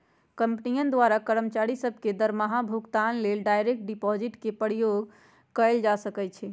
कंपनियों द्वारा कर्मचारि सभ के दरमाहा भुगतान लेल डायरेक्ट डिपाजिट के प्रयोग कएल जा सकै छै